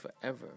forever